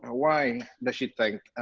why does she think